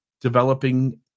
developing